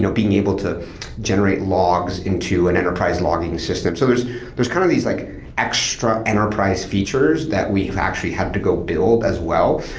being able to generate logs into an enterprise logging system. so there's there's kind of these like extra enterprise features that we've actually have to go build as well,